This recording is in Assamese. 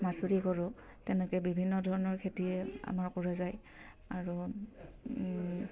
মাচুৰি কৰোঁ তেনেকে বিভিন্ন ধৰণৰ খেতিয়ে আমাৰ কৰা যায় আৰু